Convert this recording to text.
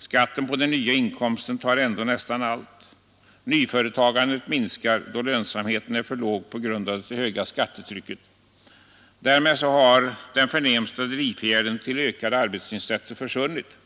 Skatten på den nya inkomsten tar ändock nästan allt. Nyföretagandet minskar, då lönsamheten är för låg på grund av det höga skattetrycket. Därmed har den förnämsta drivfjädern till ökade arbetsinsatser försvunnit,